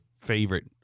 favorite